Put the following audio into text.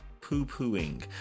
poo-pooing